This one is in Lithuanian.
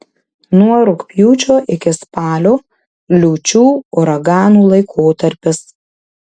nuo rugpjūčio iki spalio liūčių uraganų laikotarpis